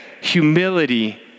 Humility